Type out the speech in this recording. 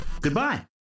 Goodbye